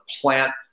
plant